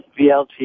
VLT